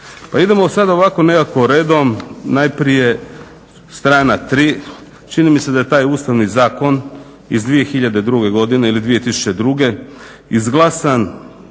Pa idemo sad ovako nekako redom najprije str. 3., čini mi se da je taj Ustavni zakon iz 2002. godine izglasan